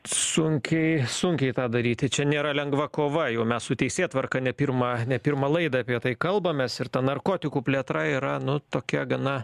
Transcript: sunkiai sunkiai tą daryti čia nėra lengva kova jau mes su teisėtvarka ne pirmą ne pirmą laidą apie tai kalbamės ir ta narkotikų plėtra yra nu tokia gana